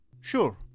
Sure